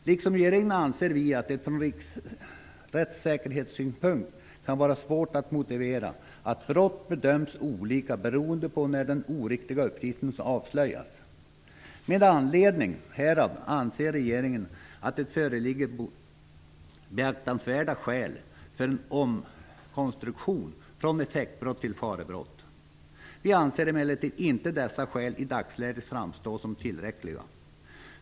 Liksom regeringen anser vi att det från rättssäkerhetssynpunkt kan vara svårt att motivera att brott bedöms olika beroende på när den oriktiga uppgiften avslöjas. Med anledning härav anser regeringen att det föreligger beaktansvärda skäl för en omkonstruktion från effektbrott till farebrott. Vi anser emellertid inte att dessa skäl i dagsläget framstår som tillräckliga.